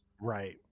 Right